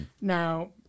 Now